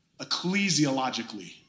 ecclesiologically